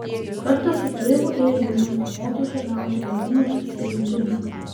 kartą su tėvu ėjo į miesto rotušę gauti leidimo susirinkimui